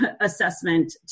assessment